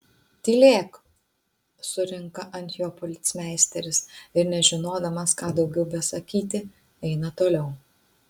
tylėk surinka ant jo policmeisteris ir nežinodamas ką daugiau besakyti eina toliau